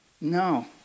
No